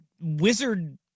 Wizard